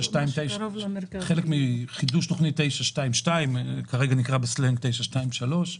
חלק מחידוש תכנית 922, שכרגע נקראת 923,